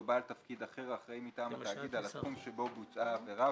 או בעל תפקיד אחר האחראי מטעם התאגיד על התחום שבו בוצעה העבירה,